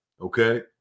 okay